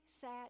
sat